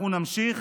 אנחנו נמשיך